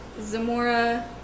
Zamora